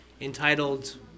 entitled